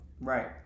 Right